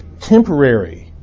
temporary